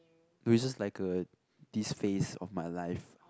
no is just like a this phase of my life